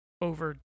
over